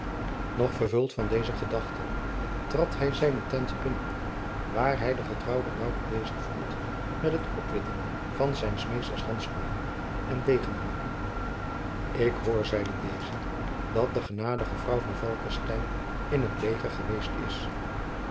nog vervuld van deze gedachten trad hij zijne tent binnen waar hij den getrouwen bouke bezig vond met het opwitten van zijns meesters handschoenen en degenhanger ik hoor zeide deze dat de genadige vrouw van falckestein in het leger geweest is